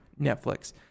Netflix